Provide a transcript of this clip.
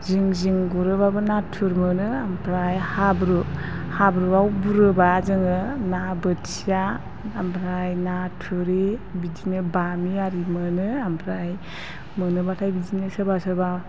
जिं जिं गुरोब्लाबो नाथुर मोनो ओमफ्राय हाब्रु हाब्रुआव बुरोब्ला जोङो ना बोथिया आमफ्राय ना थुरि बिदिनो बामि आरि मोनो ओमफ्राय मोनोबाथाय बिदिनो सोरबा सोरबा